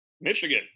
Michigan